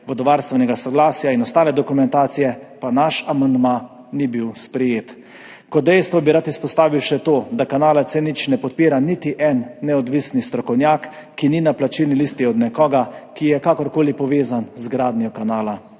vodovarstvenega soglasja in ostale dokumentacije, pa naš amandma ni bil sprejet. Kot dejstvo bi rad izpostavil še to, da kanala C0 ne podpira niti en neodvisni strokovnjak, ki ni na plačilni listi od nekoga, ki je kakorkoli povezan z gradnjo kanala